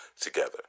together